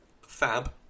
fab